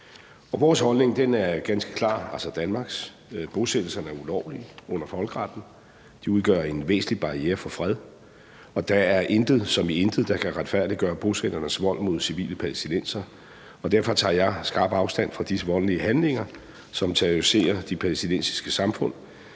Danmarks holdning er ganske klar: Bosættelserne er ulovlige under folkeretten. De udgør en væsentlig barriere for fred, og der er intet – som i intet – der kan retfærdiggøre bosætternes vold mod civile palæstinensere. Og derfor tager jeg skarpt afstand fra disse voldelige handlinger, som terroriserer de palæstinensiske samfund.